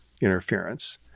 interference